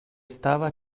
stava